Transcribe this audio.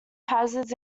hazards